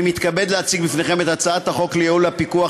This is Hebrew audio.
אני מתכבד להציג בפניכם את הצעת חוק לייעול הפיקוח